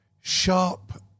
sharp